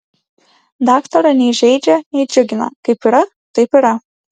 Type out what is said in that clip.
daktaro nei žeidžia nei džiugina kaip yra taip yra